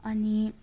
अनि